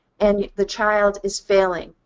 and the child is failing?